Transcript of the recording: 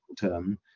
term